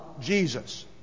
Jesus